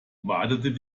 wartet